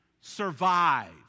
survive